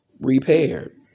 repaired